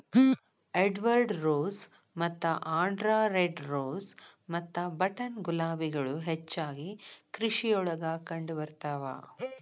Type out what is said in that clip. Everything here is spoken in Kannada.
ಎಡ್ವರ್ಡ್ ರೋಸ್ ಮತ್ತ ಆಂಡ್ರಾ ರೆಡ್ ರೋಸ್ ಮತ್ತ ಬಟನ್ ಗುಲಾಬಿಗಳು ಹೆಚ್ಚಾಗಿ ಕೃಷಿಯೊಳಗ ಕಂಡಬರ್ತಾವ